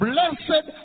Blessed